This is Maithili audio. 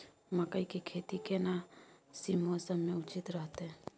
मकई के खेती केना सी मौसम मे उचित रहतय?